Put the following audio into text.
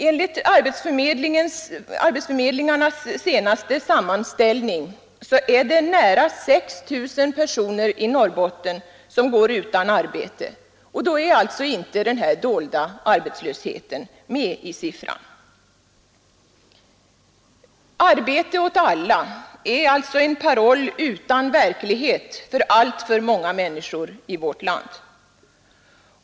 Enligt arbetsförmedlingarnas senaste sammanställning är det nära 6 000 personer i Norrbotten som går utan arbeten, och då är inte den dolda arbetslösheten med i siffran. Arbete åt alla är alltså en paroll utan verklighet för alltför många människor i vårt land.